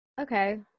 okay